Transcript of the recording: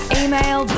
email